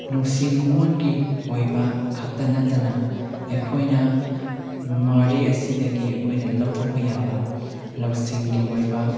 ꯅꯨꯡꯁꯤ ꯅꯨꯡꯉꯣꯟꯒꯤ ꯑꯣꯏꯕ ꯈꯛꯇ ꯅꯠꯇꯅ ꯑꯩꯈꯣꯏꯅ ꯋꯥꯔꯤ ꯑꯁꯤꯗꯒꯤ ꯑꯩꯈꯣꯏꯅ ꯂꯧꯊꯣꯛꯄ ꯌꯥꯕ ꯂꯧꯁꯤꯡꯒꯤ ꯑꯣꯏꯕ